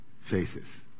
faces